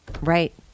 Right